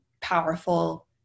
powerful